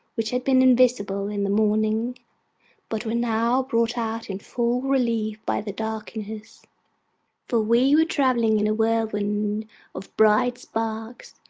which had been invisible in the morning but were now brought out in full relief by the darkness for we were travelling in a whirlwind of bright sparks,